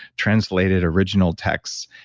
translated original texts.